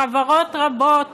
חברות רבות